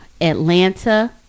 Atlanta